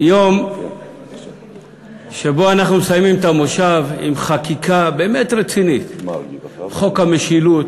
יום שבו אנחנו מסיימים את המושב עם חקיקה באמת רצינית: חוק המשילות,